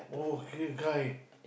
okay can